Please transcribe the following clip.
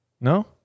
No